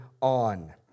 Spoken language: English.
on